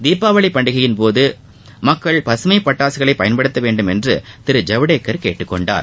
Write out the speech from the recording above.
தீபாவளி பண்டிகையின்போது மக்கள் பசுமை பட்டாசுகளை பயன்படுத்த வேண்டும் என்று திரு ஜவ்டேக்கர் கேட்டுக் கொண்டார்